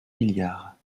milliards